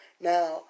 Now